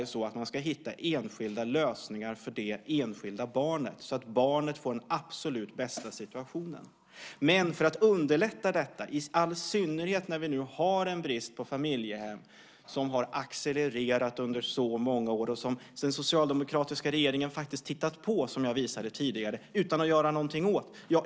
Man ska naturligtvis hitta enskilda lösningar för det enskilda barnet så att barnet får den absolut bästa situationen. Bristen på familjehem har accelererat under så många år. Den socialdemokratiska regeringen har tittat på, som jag redovisade tidigare, utan att göra något åt det.